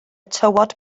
tywod